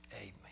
Amen